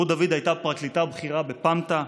רות דוד הייתה פרקליטה בכירה בפמת"א,